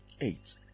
eight